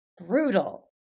brutal